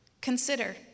Consider